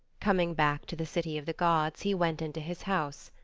coming back to the city of the gods, he went into his house.